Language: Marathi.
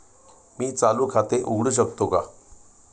मी चालू खाते उघडू शकतो का?